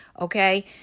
okay